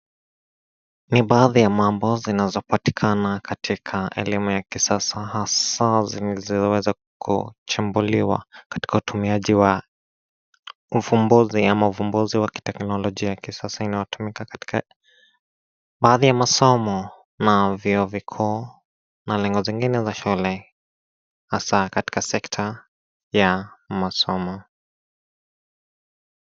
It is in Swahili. Ni baadhi ya mambo zinazopatikana katika elimu ya kisasa hasa zilizoweza kuchumbuliwa katika utumiaji wa uvumbuzi ama vumbuzi wa kiteknolojia kutumika katika baadhi ya masomo na vyuo vikuu na lengo lingine la shule hasa katika sekta ya masomo.